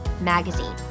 magazine